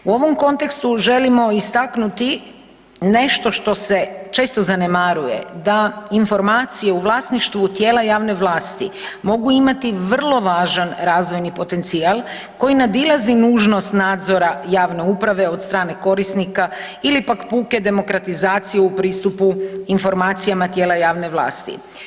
U ovom kontekstu želimo istaknuti nešto što se često zanemaruje da informacije u vlasništvu tijela javne vlasti mogu imati vrlo važan razvojni potencijal koji nadilazi nužnost nadzora javne uprave od strane korisnika ili pak puke demokratizacije u pristupu informacijama tijela javne vlasti.